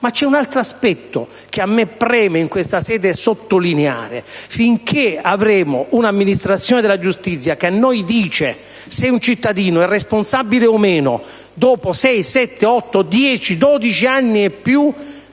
Ma c'è un altro aspetto che a me preme in questa sede sottolineare: finché avremo un'amministrazione della giustizia che a noi dice se un cittadino è responsabile o meno dopo sei, sette, otto dieci,